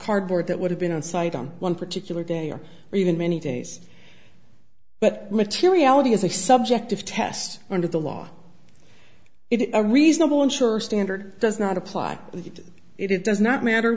cardboard that would have been on site on one particular day or even many days but materiality is a subjective test under the law it is a reasonable unsure standard does not apply if you did it it does not matter